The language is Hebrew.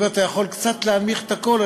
אם אתה יכול קצת להנמיך את הקול,